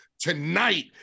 tonight